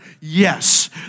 yes